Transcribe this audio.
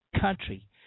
country